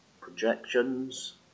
projections